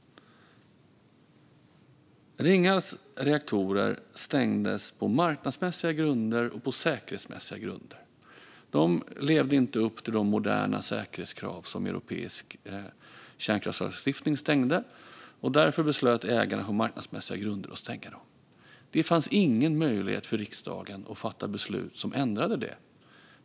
Ringhals reaktorer stängdes på marknadsmässiga och säkerhetsmässiga grunder. De levde inte upp till de moderna säkerhetskrav som europeisk kärnkraftslagstiftning krävde. Därför beslöt ägarna på marknadsmässiga grunder att stänga dem. Det fanns ingen möjlighet för riksdagen att fatta beslut som ändrade det.